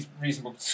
reasonable